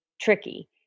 tricky